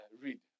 read